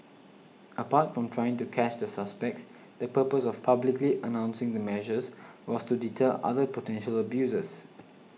apart from trying to catch the suspects the purpose of publicly announcing the measures was to deter other potential abusers